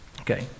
okay